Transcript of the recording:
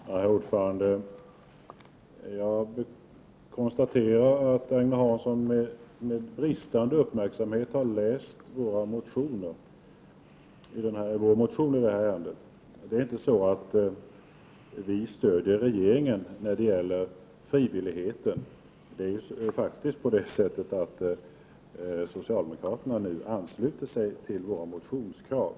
Herr talman! Jag konstaterar att Agne Hansson har läst vår motion i detta ärende med bristande uppmärksamhet. Vi moderater stöder inte regeringen när det gäller frivilligheten, utan det handlar faktiskt om att socialdemokraterna nu ansluter sig till våra motionskrav.